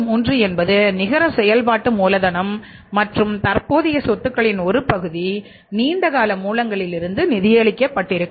33 என்பது நிகர செயல்பாட்டு மூலதனம் மற்றும் தற்போதைய சொத்துக்களின் ஒரு பகுதி நீண்ட கால மூலங்களிலிருந்து நிதியளிக்கப்பட்டிடுக்கும்